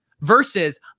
versus